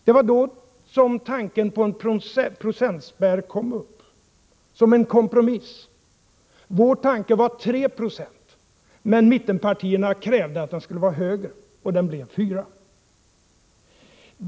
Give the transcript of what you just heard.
Det var då som tanken på en procentspärr kom upp, som en kompromiss. Vår tanke var 3 90, men mittenpartierna krävde att spärren skulle vara högre, och den sattes vid 4 96.